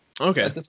Okay